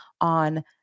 on